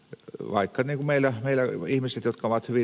vaikka nimellä heläy ihmiset ovat eri